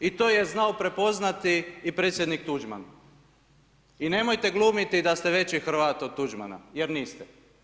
I to je znao prepoznati i predsjednik Tuđman, i nemojte glumiti da ste veći Hrvat od Tuđmana, jer niste.